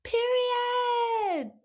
Period